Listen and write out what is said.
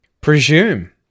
Presume